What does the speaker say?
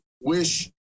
wish